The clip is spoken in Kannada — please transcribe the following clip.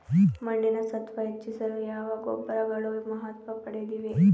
ಮಣ್ಣಿನ ಸತ್ವ ಹೆಚ್ಚಿಸಲು ಯಾವ ಗೊಬ್ಬರಗಳು ಮಹತ್ವ ಪಡೆದಿವೆ?